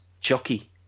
Chucky